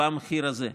במחיר הזה.